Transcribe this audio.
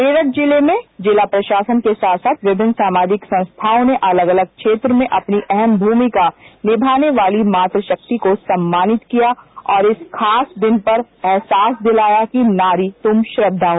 मेरठ जिले में जिला प्रशासन के साथ साथ विभिन्न सामाजिक संस्थाओं ने अलग अलग क्षेत्र में अपनी अहम भूमिका निभाने वाली मातृशक्ति को सम्मानित किया और इस खास दिन पर एहसास दिलाया कि नारी तुम श्रद्धा हो